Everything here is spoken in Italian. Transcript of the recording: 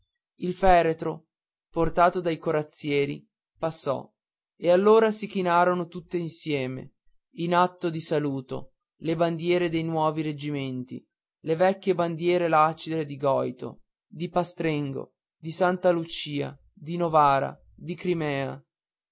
il feretro portato dai corazzieri passò e allora si chinarono tutte insieme in atto di saluto le bandiere dei nuovi reggimenti le vecchie bandiere lacere di goito di pastrengo di santa lucia di novara di crimea